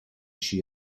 she